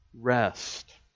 Rest